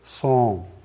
song